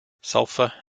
sulfur